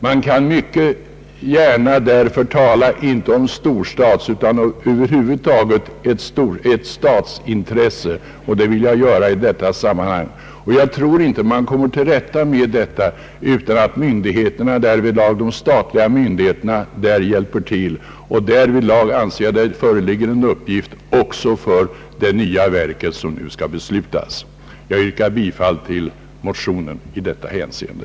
Man kan därför mycket väl tala inte bara om ett storstadsutan om ett stadsintresse över huvud taget, och det vill jag göra i detta sammanhang. Jag tror inte att vi kommer till rätta med dessa problem utan att de statliga myndigheterna därvidlag hjälper till. Jag anser att det där föreligger en uppgift också för det nya ämbetsverk som nu skall beslutas. Jag yrkar bifall till motionen i detta hänseende.